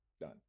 done